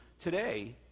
today